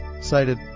cited